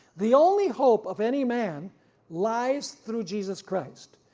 the only hope of any man lies through jesus christ.